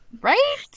right